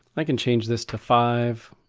i can change this to five.